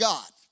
God